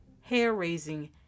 hair-raising